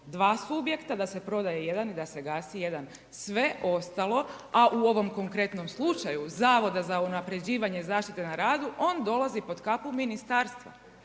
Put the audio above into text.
dva subjekta, da se prodaje jedan i da se gasi jedan, sve ostalo a u ovom konkretnom slučaju Zavoda za unaprjeđivanje zaštite na radu, on dolazi pod kapu ministarstva.